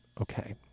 okay